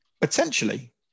Potentially